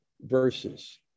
verses